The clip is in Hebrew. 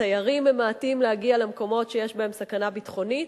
התיירים ממעטים להגיע למקומות שיש בהם סכנה ביטחונית,